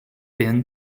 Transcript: been